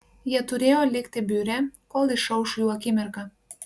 jie turėjo likti biure kol išauš jų akimirka